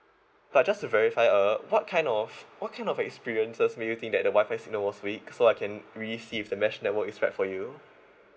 but just to verify uh what kind of what kind of experiences make you think that the wi-fi signal was weak so I can really see if the mesh network is right for you